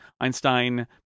Einstein